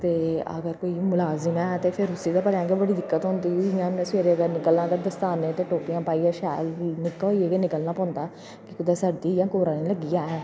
ते अगर कोई मुलाजिम ऐ ते फिर उसी ते भलेआं गै बड़ी दिक्कत पौंदी ते जियां उन्ने सवेरे निकला ते दस्ताने ते टोपियां पाइयै शैल भई निग्घा होइयै गै निकलना पौंदा कुतै सर्दी जां कोहरा निं लग्गी जा